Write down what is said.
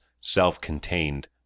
self-contained